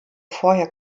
vorher